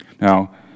Now